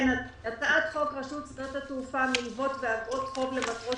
הצעת חוק רשות שדות התעופה (מילוות ואגרות חוב למטרות